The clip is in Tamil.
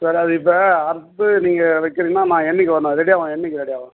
சரி இது இப்போ அறுத்து நீங்கள் வைக்கிறீன்னா நான் என்னக்கு வரணும் ரெடியாகவும் என்னக்கு ரெடியாகவும்